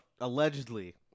Allegedly